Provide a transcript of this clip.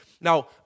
Now